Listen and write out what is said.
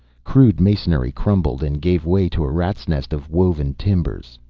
crude masonry crumbled and gave way to a rat's nest of woven timbers.